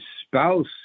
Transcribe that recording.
spouse